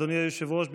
אדוני היושב-ראש,